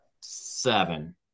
seven